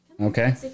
Okay